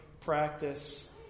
practice